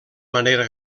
manera